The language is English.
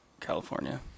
California